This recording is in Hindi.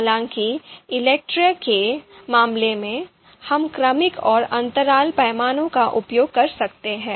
हालाँकि ELECTRE के मामले में हम क्रमिक और अंतराल पैमाने का उपयोग कर सकते हैं